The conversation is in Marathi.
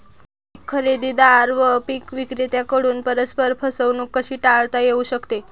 पीक खरेदीदार व पीक विक्रेत्यांकडून परस्पर फसवणूक कशी टाळता येऊ शकते?